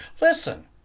Listen